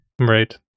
Right